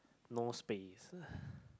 no space